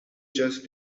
just